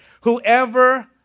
Whoever